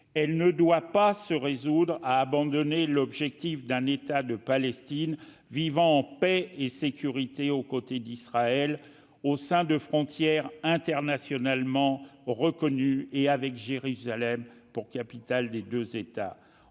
Elle ne doit pas se résoudre à abandonner l'objectif d'un État de Palestine, vivant dans la paix et la sécurité aux côtés de l'État d'Israël, au sein de frontières internationalement reconnues et avec Jérusalem pour capitale des deux États.